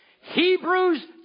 Hebrews